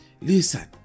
Listen